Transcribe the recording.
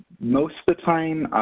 most of the time,